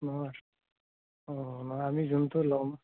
নহয় অঁ নহয় আমি যোনটো ল'ম